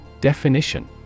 Definition